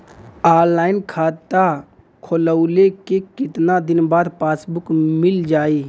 Online खाता खोलवईले के कितना दिन बाद पासबुक मील जाई?